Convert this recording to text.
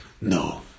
No